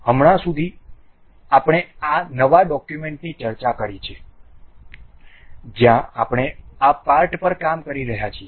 હમણાં સુધી આપણે નવા ડોક્યુમેન્ટની ચર્ચા કરી છે જ્યાં આપણે આ પાર્ટ પર કામ કરી રહ્યા છીએ